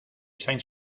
saint